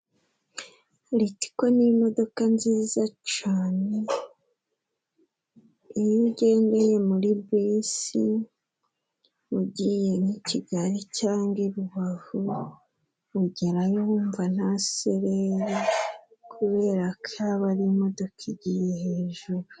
Ritiko ni imodoka nziza cane, iyo ugendeye muri bisi, ugiye nk'i Kigali cyangwa i Rubavu, ugerayo wumva nta sereri kubera ko aba ari imodoka igiye hejuru.